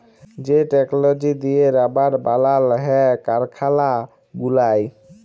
যে টেকললজি দিঁয়ে রাবার বালাল হ্যয় কারখালা গুলায়